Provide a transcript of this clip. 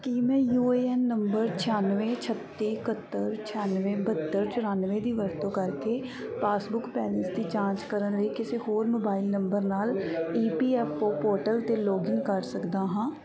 ਕੀ ਮੈਂ U A N number ਛਿਆਨਵੇਂ ਛੱਤੀ ਇਕਹੱਤਰ ਛਿਆਨਵੇਂ ਬਹੱਤਰ ਚੁਰਾਨਵੇਂ ਦੀ ਵਰਤੋਂ ਕਰਕੇ ਪਾਸਬੁੱਕ ਬੈਲੰਸ ਦੀ ਜਾਂਚ ਕਰਨ ਲਈ ਕਿਸੇ ਹੋਰ ਮੋਬਾਈਲ ਨੰਬਰ ਨਾਲ E P F O portal 'ਤੇ ਲੌਗਇਨ ਕਰ ਸਕਦਾ ਹਾਂ